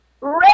red